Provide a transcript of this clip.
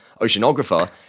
oceanographer –